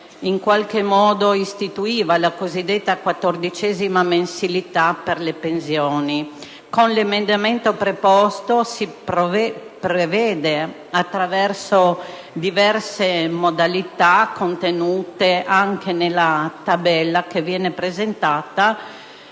in qualche modo, istituiva la cosiddetta quattordicesima mensilità per le pensioni. Con l'emendamento proposto si provvede, attraverso diverse modalità contenute anche nella tabella presentata,